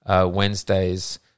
Wednesday's